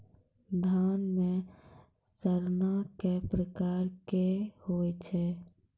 धान म सड़ना कै प्रकार के होय छै?